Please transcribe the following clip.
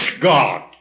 God